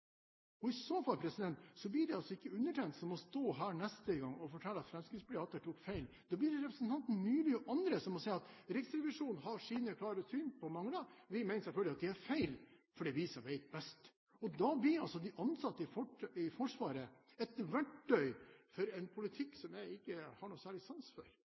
ønsketenkning. I så fall blir det ikke undertegnede som må stå her neste gang og fortelle at Fremskrittspartiet atter tok feil. Da blir det representanten Myrli og andre som må si: Riksrevisjonen har sine klare syn på mangler. Vi mener selvfølgelig at det er feil, for det er vi som vet best. Da blir de ansatte i Forsvaret et verktøy for en politikk som jeg ikke har noen særlig sans for,